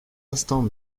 instant